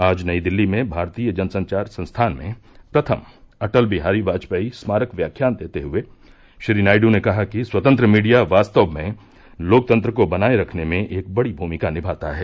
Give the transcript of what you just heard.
आज नई दिल्ली में भारतीय जनसंचार संस्थान में प्रथम अटल बिहारी वाजपेयी स्मारक व्याख्यान देते हुए श्री नायडू ने कहा कि स्वतंत्र मीडिया वास्तव में लोकतंत्र को बनाये रखने में एक बड़ी भूमिका निभाता है